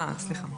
סליחה.